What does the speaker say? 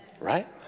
right